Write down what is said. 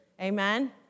Amen